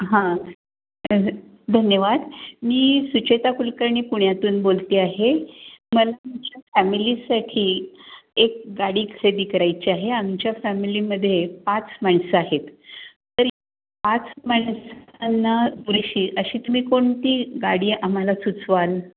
हां धन्यवाद मी सुचेता कुलकर्णी पुण्यातून बोलते आहे मला माझ्या फॅमिलीसाठी एक गाडी खरेदी करायची आहे आमच्या फॅमिलीमध्ये पाच माणसं आहेत तर पाच माणसांना पुरेशी अशी तुम्ही कोणती गाडी आम्हाला सुचवाल